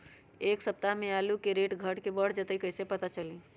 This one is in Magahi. एक सप्ताह मे आलू के रेट घट ये बढ़ जतई त कईसे पता चली?